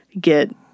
get